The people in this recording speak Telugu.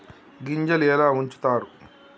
గింజలు ఎలా ఉంచుతారు?